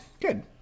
Good